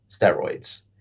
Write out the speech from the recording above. steroids